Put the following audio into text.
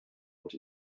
what